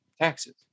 taxes